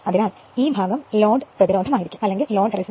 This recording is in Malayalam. അതിനാൽ ഈ ഭാഗം ലോഡ്പ്രതിരോധമായിരിക്കും r2